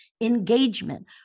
engagement